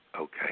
Okay